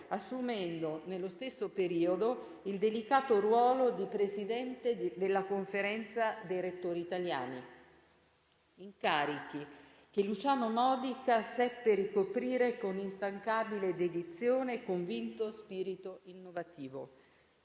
assumendo nello stesso periodo il delicato ruolo di presidente della Conferenza dei rettori italiani; incarichi che Luciano Modica seppe ricoprire con instancabile dedizione e convinto spirito innovativo.